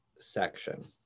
section